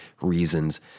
reasons